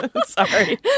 sorry